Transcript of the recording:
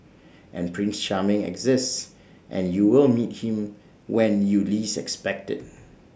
and prince charming exists and you will meet him when you least expect IT